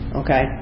okay